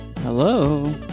Hello